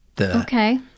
Okay